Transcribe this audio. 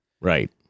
Right